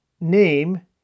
name